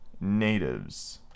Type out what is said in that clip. natives